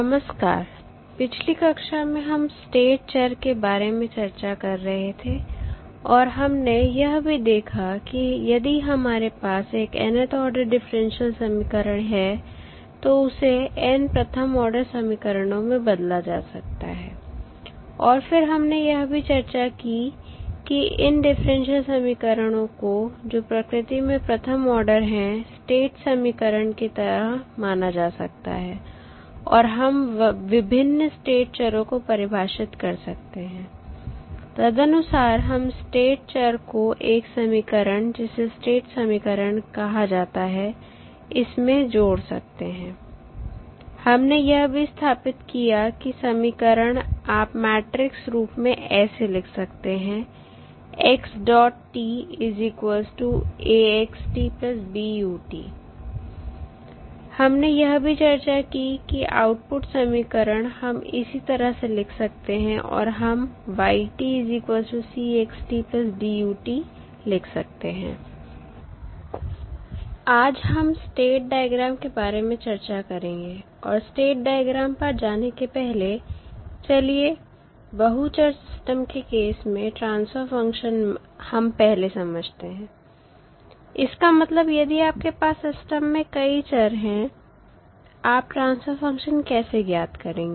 नमस्कार पिछली कक्षा में हम स्टेट चर के बारे में चर्चा कर रहे थे और हमने यह भी देखा कि यदि हमारे पास एक nth ऑर्डर डिफरेंशियल समीकरण है तो उसे n प्रथम ऑर्डर समीकरणों में बदला जा सकता है और फिर हमने यह भी चर्चा की कि इन डिफरेंशियल समीकरणों को जो प्रकृति में प्रथम आर्डर है स्टेट समीकरण की तरह माना जा सकता है और हम विभिन्न स्टेट चरों को परिभाषित कर सकते हैं तदनुसार हम स्टेट चर को एक समीकरण जिसे स्टेट समीकरण कहा जाता है इसमें जोड़ सकते हैं हमने यह भी स्थापित किया कि समीकरण आप मैट्रिक्स रूप में ऐसे लिख सकते हैं हमने यह भी चर्चा की कि आउटपुट समीकरण हम इसी तरह से लिख सकते हैं और हम लिख सकते हैं आज हम स्टेट डायग्राम के बारे में चर्चा करेंगे और स्टेट डायग्राम पर जाने के पहले चलिए बहु चर सिस्टम के केस में ट्रांसफर फंक्शन हम पहले समझते हैं इसका मतलब यदि आपके पास सिस्टम में कई चर हैं आप ट्रांसफर फंक्शन कैसे ज्ञात करेंगे